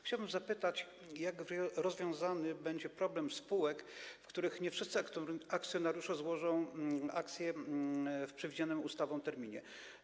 Chciałbym zapytać: Jak rozwiązany będzie problem spółek, w których nie wszyscy akcjonariusze złożą akcje w przewidzianym ustawą terminie?